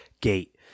gate